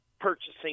purchasing